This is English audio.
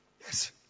yes